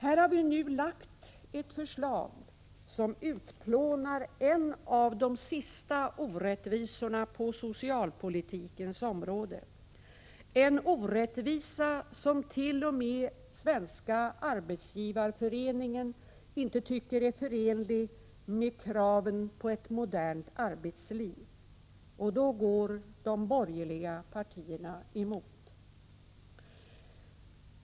Här har vi nu lagt fram ett förslag som utplånar en av de sista orättvisorna på socialpolitikens område, en orättvisa som t.o.m. enligt SAF inte är förenlig med kraven på ett modernt arbetsliv. Då går de borgerliga partierna emot.